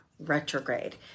retrograde